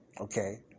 Okay